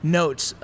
notes